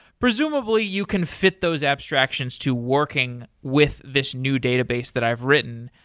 presumably you can fit those abstraction to working with this new database that i've written,